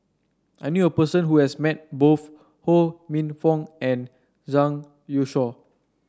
I knew a person who has met both Ho Minfong and Zhang Youshuo